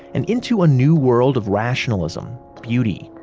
and into a new world of rationalism, beauty,